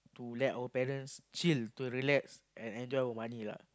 to let our parents chill to relax and enjoy our money lah